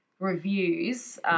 Reviews